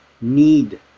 need